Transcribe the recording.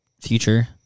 future